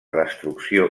destrucció